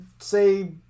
say –